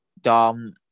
Dom